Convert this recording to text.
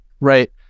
right